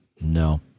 No